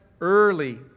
early